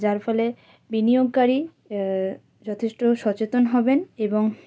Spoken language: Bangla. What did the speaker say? যার ফলে বিনিয়োগকারী যথেষ্ট সচেতন হবেন এবং